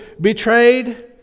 betrayed